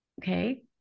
Okay